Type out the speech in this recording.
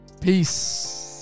Peace